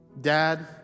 dad